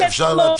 אפשר לעצור?